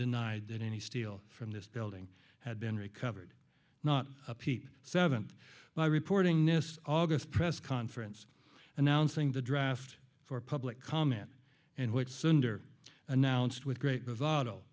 denied that any steel from this building had been recovered not a peep seventh by reporting nist august press conference announcing the draft for public comment and which sender announced with great votto